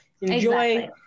Enjoy